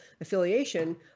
affiliation